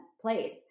place